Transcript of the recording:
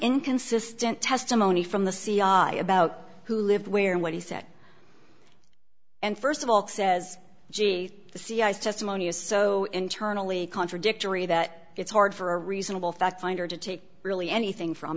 inconsistent testimony from the c i about who lived where and what he said and st of all says gee the cia's testimony is so internally contradictory that it's hard for reasonable fact finder to take really anything from